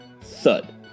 thud